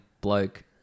bloke